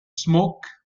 smoke